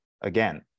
Again